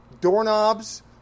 doorknobs